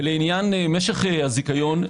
לעניין משך הזיכיון,